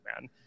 man